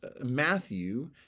Matthew